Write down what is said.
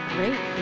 Great